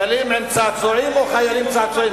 חיילים עם צעצועים, או חיילים צעצועים?